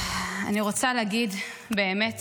אני רוצה להגיד באמת